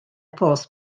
post